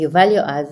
יובל יועז,